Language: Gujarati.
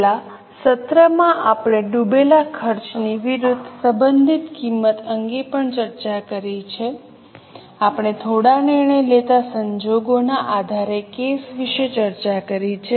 છેલ્લા સત્ર માં આપણે ડૂબેલા ખર્ચની વિરુદ્ધ સંબંધિત કિંમત અંગે પણ ચર્ચા કરી છે આપણે થોડા નિર્ણય લેતા સંજોગોના આધારે કેસ વિશે ચર્ચા કરી છે